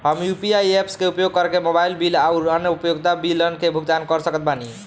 हम UPI apps के उपयोग करके मोबाइल बिल आउर अन्य उपयोगिता बिलन के भुगतान कर सकत बानी